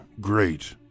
great